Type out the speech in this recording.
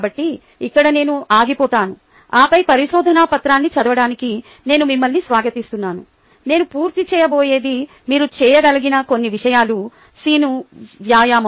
కాబట్టి ఇక్కడే నేను ఆగిపోతాను ఆపై పరిశోధన పత్రాన్ని చదవడానికి నేను మిమ్మల్ని స్వాగతిస్తున్నాను నేను పూర్తి చేయబోయేది మీరు చేయగలిగిన కొన్ని విషయాలు CFA కోసం టేబుల్ 2 లోని వ్యాఖ్యలను చదవమని కూడా మిమ్మల్ని ఆహ్వానిస్తాను